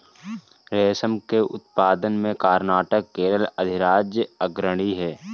रेशम के उत्पादन में कर्नाटक केरल अधिराज्य अग्रणी है